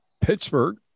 Pittsburgh